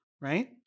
right